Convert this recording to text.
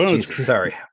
sorry